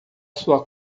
sua